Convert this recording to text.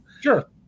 sure